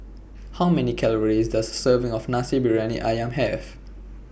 How Many Calories Does A Serving of Nasi Briyani Ayam Have